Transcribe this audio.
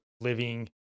living